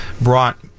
brought